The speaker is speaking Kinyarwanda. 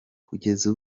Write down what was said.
kugeza